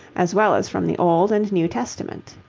as well as from the old and new testament.